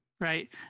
Right